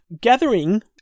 gathering